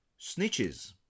Snitches